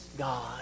God